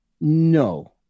No